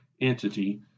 entity